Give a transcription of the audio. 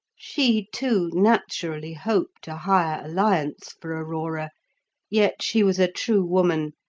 she, too, naturally hoped a higher alliance for aurora yet she was a true woman,